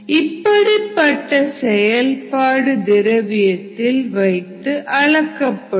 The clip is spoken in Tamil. இப்படிப்பட்ட செயல்பாடு திரவியத்தில் வைத்து அளக்கப்படும்